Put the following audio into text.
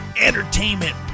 entertainment